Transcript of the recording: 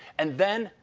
and then,